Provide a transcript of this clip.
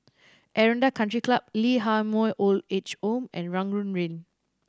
Aranda Country Club Lee Ah Mooi Old Age Home and Rangoon Lane